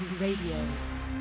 Radio